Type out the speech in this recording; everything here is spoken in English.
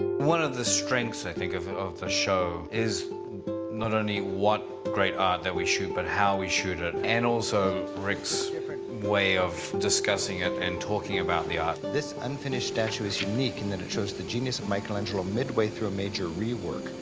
one of the strengths, i think, of of the show, is not only what great art that we shoot but how we shoot it and also rick's way of discussing it and talking about the art. this unfinished statue is unique in that it shows the genius of michelangelo midway through a major re-work.